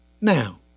Now